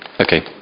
Okay